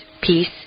peace